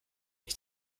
ich